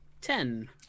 Ten